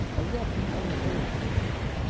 a rough and unpolished behavior,